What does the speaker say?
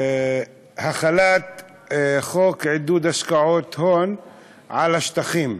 החלת חוק עידוד השקעות הון על השטחים,